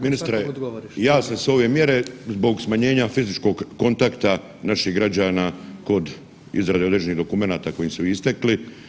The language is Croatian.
Ministre jasne su ove mjere zbog smanjenja fizičkog kontakta naših građana kod izrade određenih dokumenata koji su im istekli.